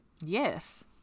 Yes